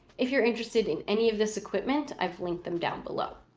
if you're interested in any of this equipment, i've linked them down below.